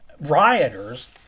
rioters